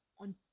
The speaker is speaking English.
on